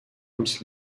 ums